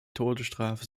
todesstrafe